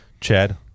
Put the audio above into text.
chad